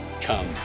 come